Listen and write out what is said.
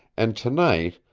and tonight,